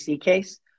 case